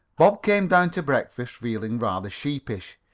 bob came down to breakfast feeling rather sheepish.